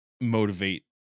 motivate